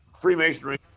Freemasonry